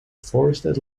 forested